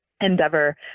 endeavor